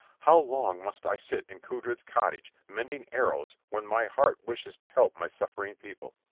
how long must i sit in cudred's cottage mending arrows when my heart wishes to help my suffering people!